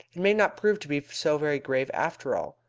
it may not prove to be so very grave after all.